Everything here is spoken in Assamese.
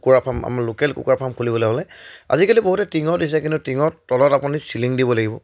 কুকুৰা ফাৰ্ম আমাৰ লোকেল কুকুৰা ফাৰ্ম খুলিবলে হ'লে আজিকালি বহুতে টিঙৰ দিছে কিন্তু টিঙত তলত আপুনি চিলিং দিব লাগিব